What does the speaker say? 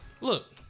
Look